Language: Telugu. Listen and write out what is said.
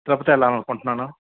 తిరుపతి వెళ్ళాలి అనుకుంటున్నాను